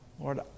Lord